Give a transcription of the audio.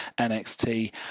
NXT